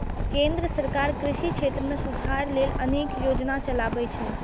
केंद्र सरकार कृषि क्षेत्र मे सुधार लेल अनेक योजना चलाबै छै